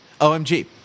OMG